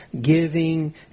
giving